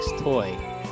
toy